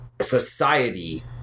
society